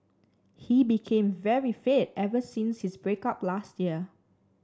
he became very fit ever since his break up last year